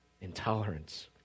intolerance